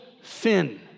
sin